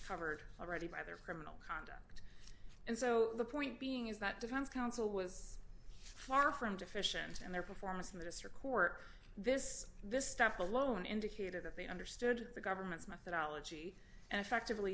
covered already by their criminal conduct and so the point being is that defense counsel was far from deficient and their performance in the district court this this stuff alone indicated that they understood the government's methodology and effectively